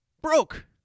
broke